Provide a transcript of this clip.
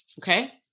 Okay